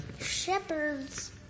Shepherds